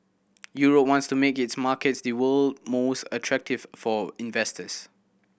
Europe wants to make its markets the world most attractive for investors